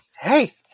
Hey